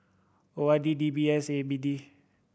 O R D D B S A P D